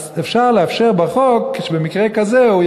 אז אפשר לאפשר בחוק שבמקרה כזה השופט